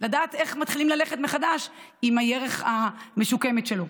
לדעת איך מתחילים ללכת מחדש עם הירך המשוקמת שלו.